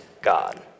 God